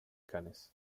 cannes